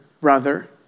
brother